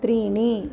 त्रीणि